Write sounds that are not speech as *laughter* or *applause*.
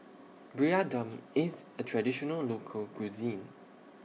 *unintelligible* Dum IS A Traditional Local Cuisine